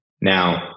Now